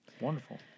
Wonderful